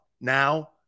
Now